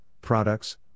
products